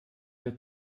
der